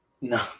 No